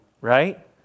right